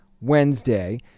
Wednesday